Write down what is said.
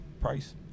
price